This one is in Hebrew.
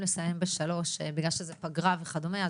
לסיים ב-15:00 בגלל שזאת פגרה וכדומה.